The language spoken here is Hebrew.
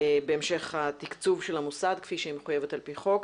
בהמשך התקצוב של המוסד כפי שהיא מחויבת על פי חוק.